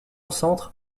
centre